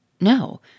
No